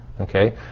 okay